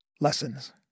Lessons